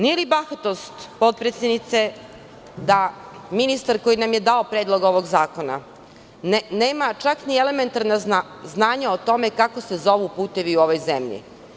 Nije li bahatost, potpredsednice, da ministar koji nam je dao Predlog zakona nema čak ni elementarna znanja o tome kako se zovu putevi u ovoj zemlji.